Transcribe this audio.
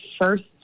first